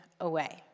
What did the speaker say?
away